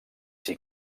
s’hi